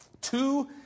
two